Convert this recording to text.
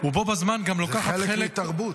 זה חלק מתרבות.